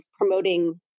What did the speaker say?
promoting